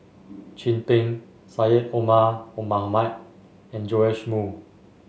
Chin Peng Syed Omar Mohamed and Joash Moo